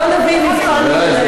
בוא נביא מקרה מבחן.